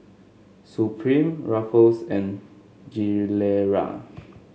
Supreme Ruffles and Gilera